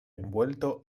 envuelto